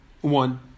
one